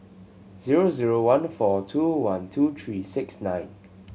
zero zero one four two one two three six nine